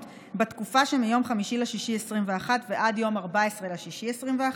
בתקופה שמיום 5 ביוני 2021 ועד יום 14 ביוני 2021,